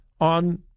on